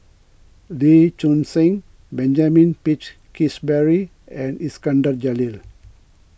Lee Choon Seng Benjamin Peach Keasberry and Iskandar Jalil